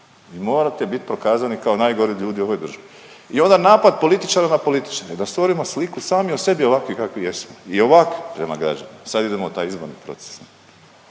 morate biti prokazani kao najgori ljudi u ovoj državi. I onda napad političara na političare da stvorimo sliku sami o sebi ovakvi kakvi jesmo i ovakvi prema građanima sad idemo u taj izborni proces.